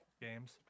games